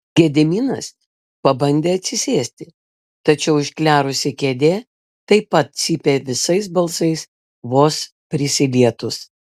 gediminas pabandė atsisėsti tačiau išklerusi kėdė taip pat cypė visais balsais vos prisilietus